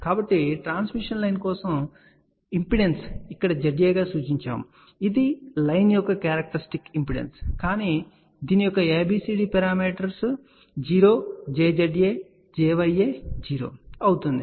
కాబట్టి transmission line కోసం impedance ఇక్కడ Za గా సూచించాము ఇది లైన్ యొక్క క్యారెక్టర్స్టిక్ ఇంపెడెన్స్ కాని దీని యొక్క ABCD పారామితి అవుతుంది